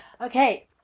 okay